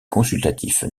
consultatif